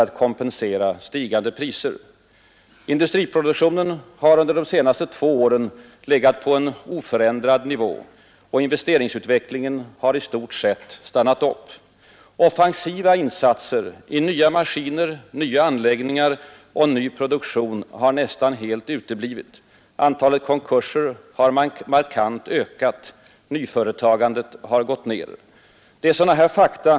Detta har icke tidigare skett sedan början av 1950-talet. Även investeringsutvecklingen har i stort sett stannat upp. De investeringar som skett har framför allt syftat till att åstadkomma rationaliseringar för att nedbringa lönekostnaderna. På lång sikt kapacitetshöjande offensiva insatser i nya maskiner, anläggningar och ny produktion har nästan helt uteblivit, därför att de intäkter dessa beräknas ge i allt högre grad inte svarar mot kostnaderna. Antalet konkurser har markant ökat framför allt efter 1970 års ”idiotstopp” på kreditmarknaden. Nyföretagandet har gått ner.